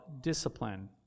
discipline